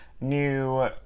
new